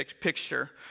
picture